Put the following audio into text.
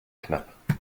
knapp